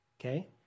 Okay